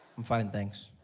am fine thanks.